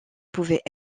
pouvait